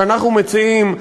שאנחנו מציעים,